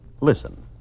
Listen